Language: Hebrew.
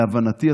להבנתי,